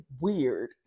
weird